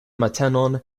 matenon